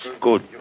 good